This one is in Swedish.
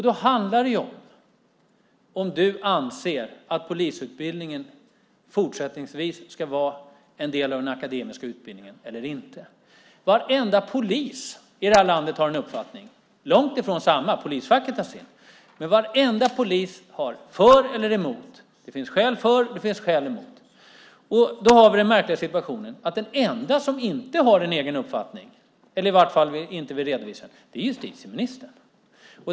Då handlar det ju om ifall du anser att polisutbildningen fortsättningsvis ska vara en del av den akademiska utbildningen eller inte. Varenda polis i det här landet har en uppfattning - långt ifrån samma. Polisfacket har sin. Varenda polis - för eller emot - har en uppfattning. Det finns skäl för och skäl emot. Då har vi den märkliga situationen att den enda som inte har en egen uppfattning, eller som i vart fall inte vill redovisa den, är justitieministern.